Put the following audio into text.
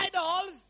idols